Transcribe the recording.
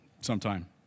sometime